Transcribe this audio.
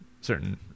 certain